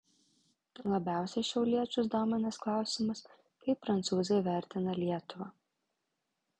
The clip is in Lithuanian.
labiausiai šiauliečius dominęs klausimas kaip prancūzai vertina lietuvą